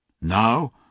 Now